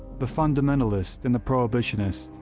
the fundamentalist and the prohibitionist,